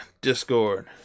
Discord